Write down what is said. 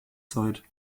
seid